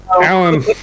Alan